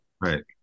right